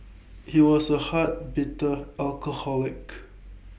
he was A hard bitter alcoholic